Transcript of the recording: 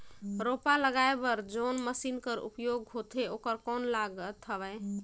रोपा लगाय बर जोन मशीन कर उपयोग होथे ओकर कौन लागत हवय?